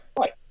right